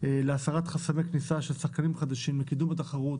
להסרת חסמי הכניסה לשחקנים חדשים, לקידום התחרות,